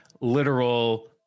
literal